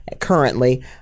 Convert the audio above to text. currently